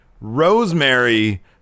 Rosemary